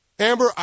Amber